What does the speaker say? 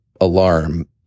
alarm